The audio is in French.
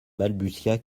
balbutia